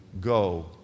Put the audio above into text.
go